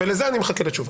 לזה אני מחכה לתשובה.